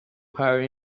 hire